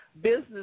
business